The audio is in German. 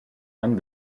dann